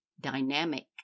dynamic